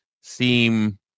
seem